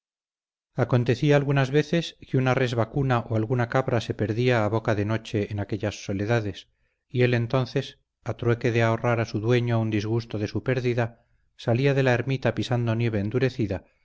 acontecía algunas veces que una res vacuna o alguna cabra se perdía a boca de noche en aquellas soledades y él entonces a trueque de ahorrar a su dueño un disgusto de su pérdida salía de la ermita pisando nieve endurecida